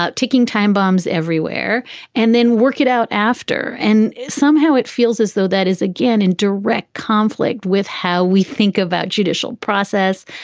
ticking time bombs everywhere and then work it out after. and somehow it feels as though that is again in direct conflict with how we think of that judicial process,